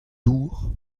dour